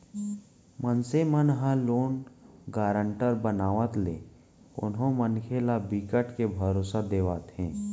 मनसे मन ह लोन गारंटर बनावत ले कोनो मनखे ल बिकट के भरोसा देवाथे